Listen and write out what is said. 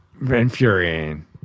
infuriating